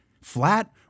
flat